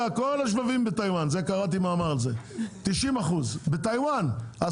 קראתי מאמר שכל השבבים מיוצרים בטאיוואן.